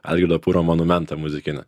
algirdo pūro monumentą muzikinį